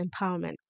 empowerment